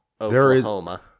Oklahoma